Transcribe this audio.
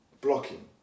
blocking